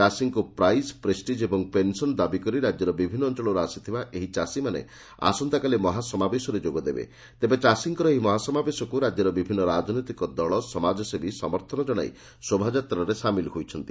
ଚାଷୀଙ୍କୁ price prestige ଓ pension ଦାବି କରି ରାକ୍ୟର ବିଭିନ୍ ଅଞ୍ଞଳରୁ ଆସିଥିବା ଏହି ଚାଷୀମାନେ ଆସନ୍ତାକାଲି ମହାସମାବେଶରେ ଯୋଗଦେବେ ମହାସମାବେଶକୁ ରାକ୍ୟର ବିଭିନୁ ରାଜନୈତିକ ଦଳ ସମାଜସେବୀ ସମର୍ଥନ ଜଣାଇ ଶୋଭାଯାତ୍ରାରେ ସାମିଲ ହୋଇଛନ୍ତି